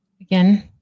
again